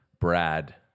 Brad